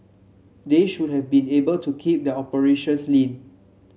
they should have been able to keep their operations lean